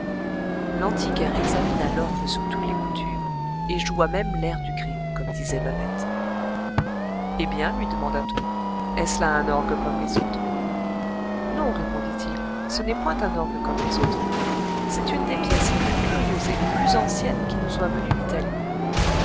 l'antiquaire examina l'orgue sur toutes les coutures et joua même l'air du crime comme disait babette eh bien lui demanda-t-on est-ce là un orgue comme les autres non répondit-il ce n'est point un orgue comme les autres c'est une des pièces les plus curieuses et les plus anciennes qui nous soient venues d'italie